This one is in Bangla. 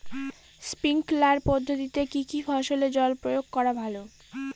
স্প্রিঙ্কলার পদ্ধতিতে কি কী ফসলে জল প্রয়োগ করা ভালো?